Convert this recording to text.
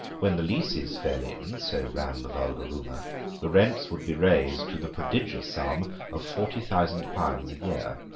when the leases fell in so ran the vulgar rumour the rents would be raised to the prodigious sum of forty thousand pounds a year.